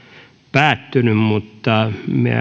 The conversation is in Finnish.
päättynyt mutta